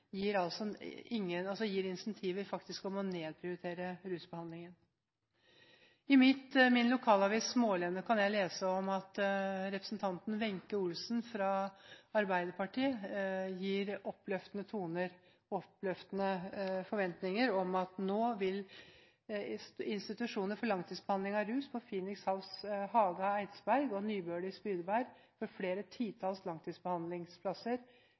gir incentiver faktisk om å nedprioritere rusbehandlingen. I min lokalavis, Smaalenene, kan jeg lese at representanten Wenche Olsen fra Arbeiderpartiet gir oppløftende forventninger om at nå vil institusjoner for flere titalls langtidsbehandlingsplasser av rusmisbrukere på Phoenix House Haga i Eidsberg og Nybøle